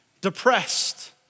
depressed